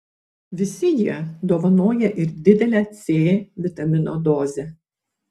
visi jie dovanoja ir didelę c vitamino dozę